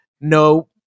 no